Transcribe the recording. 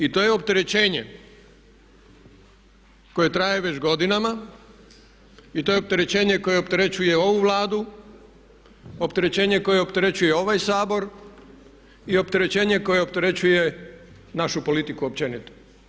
I to je opterećenje koje traje već godinama i to je opterećenje koje opterećenje ovu Vladu, opterećenje koje opterećuje ovaj Sabor i opterećenje koje opterećuje našu politiku općenito.